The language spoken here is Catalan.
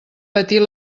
patir